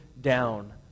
down